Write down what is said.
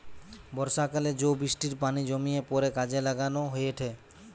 বর্ষাকালে জো বৃষ্টির পানি জমিয়ে পরে কাজে লাগানো হয়েটে